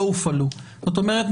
זאת אומרת,